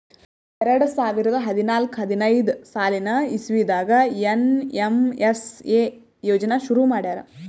ಎರಡ ಸಾವಿರದ್ ಹದ್ನಾಲ್ಕ್ ಹದಿನೈದ್ ಸಾಲಿನ್ ಇಸವಿದಾಗ್ ಏನ್.ಎಮ್.ಎಸ್.ಎ ಯೋಜನಾ ಶುರು ಮಾಡ್ಯಾರ್